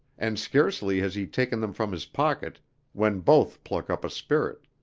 and scarcely has he taken them from his pocket when both pluck up a spirit.